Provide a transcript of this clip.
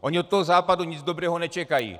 Oni od Západu nic dobrého nečekají.